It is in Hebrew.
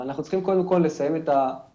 אבל אנחנו צריכים קודם כל לסיים את הבדיקה